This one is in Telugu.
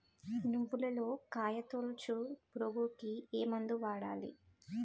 నువ్వులలో కాయ తోలుచు పురుగుకి ఏ మందు వాడాలి?